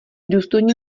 důstojník